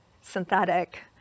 synthetic